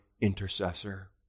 Intercessor